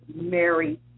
Mary